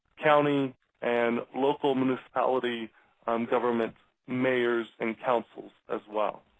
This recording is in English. county and local municipality government, mayors, and councils as well.